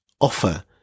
offer